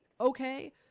okay